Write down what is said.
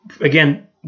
again